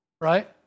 Right